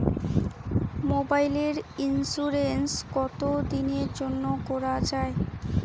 মোবাইলের ইন্সুরেন্স কতো দিনের জন্যে করা য়ায়?